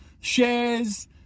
shares